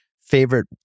favorite